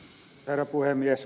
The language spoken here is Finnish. herra puhemies